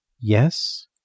Yes